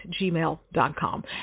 gmail.com